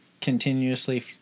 continuously